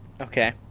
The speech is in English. Okay